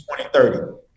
2030